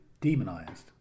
demonised